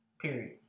Period